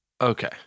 Okay